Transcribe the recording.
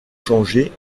changé